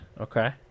Okay